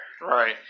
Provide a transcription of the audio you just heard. Right